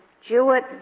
Jewett